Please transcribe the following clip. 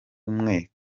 umwe